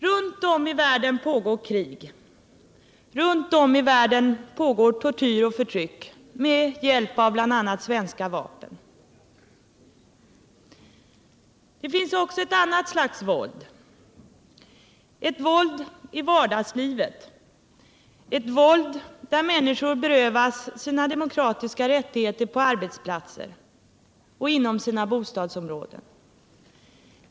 Runt om i världen pågår krig, tortyr och förtryck med hjälp av bl.a. svenska vapen. Det finns också ett annat slags våld — ett våld i vardagslivet. Ett våld där människor berövas sina demokratiska rättigheter på arbetsplatser och inom sina bostadsområden.